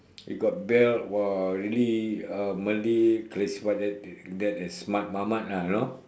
it got belt !wah! really uh malay classify that as smart mamat ah you know